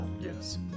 Yes